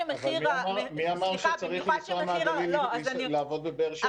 מי אמר שצריך לנסוע מהגליל לעבוד בבאר שבע?